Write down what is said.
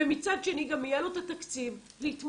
ומצד שני גם יהיה לו את התקציב להתמודד,